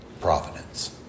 providence